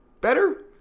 better